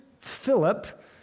Philip